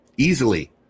easily